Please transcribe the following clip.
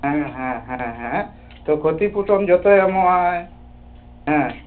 ᱦᱮᱸ ᱦᱮᱸ ᱦᱮᱸ ᱦᱮᱸ ᱛᱚ ᱠᱷᱚᱛᱤ ᱯᱩᱨᱚᱱ ᱡᱚᱛᱚᱭ ᱮᱢᱚᱜᱼᱟ ᱦᱮᱸ